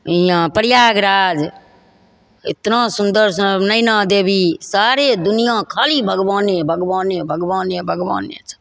हिआँ प्रयागराज एतना सुन्दर सब नैना देवी सारे दुनिआँ खाली भगवाने भगवाने भगवाने भगवाने छथिन